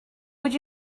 would